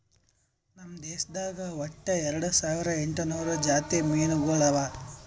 ನಮ್ ದೇಶದಾಗ್ ಒಟ್ಟ ಎರಡು ಸಾವಿರ ಎಂಟು ನೂರು ಜಾತಿ ಮೀನುಗೊಳ್ ಅವಾ